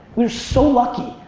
we're so lucky!